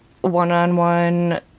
one-on-one